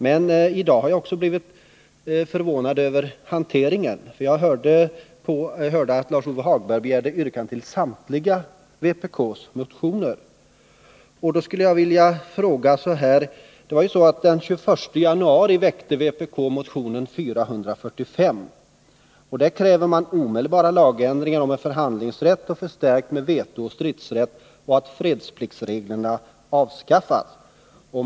Men i dag har jag blivit förvånad över själva hanteringen. Jag hörde att Lars-Ove Hagberg yrkade bifall till samtliga vpk-motioner. Den 21 januari väckte vpk motion 445, där det krävs omedelbara lagändringar beträffande förhandlingsrätt, förstärkt med vetooch stridsrätt, samt avskaffande av fredspliktsreglerna.